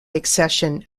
accession